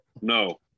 No